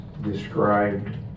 described